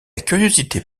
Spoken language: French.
curiosité